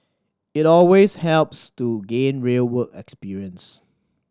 it always helps to gain real work experience